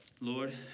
Lord